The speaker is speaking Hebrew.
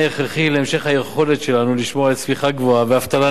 להמשך היכולת שלנו לשמור על צמיחה גבוהה ואבטלה נמוכה.